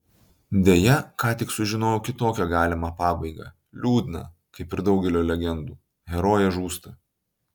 deja ką tik sužinojau kitokią galimą pabaigą liūdną kaip ir daugelio legendų herojė žūsta